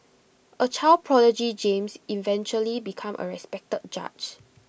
A child prodigy James eventually became A respected judge